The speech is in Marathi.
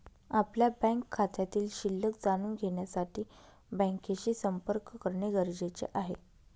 आपल्या बँक खात्यातील शिल्लक जाणून घेण्यासाठी बँकेशी संपर्क करणे गरजेचे आहे